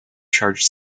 charged